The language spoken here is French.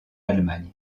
allemagne